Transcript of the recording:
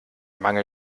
mangel